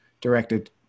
directed